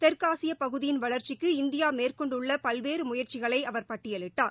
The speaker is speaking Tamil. தெற்காசிய பகுதியின் வளர்ச்சிக்கு இந்தியா மேற்கொண்டுள்ள பல்வேறு முயற்சிகளை அவர் பட்டயலிட்டார்